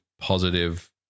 positive